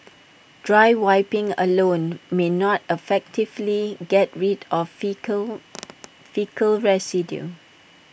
dry wiping alone may not effectively get rid of faecal faecal residue